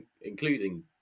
including